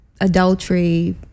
adultery